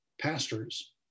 pastors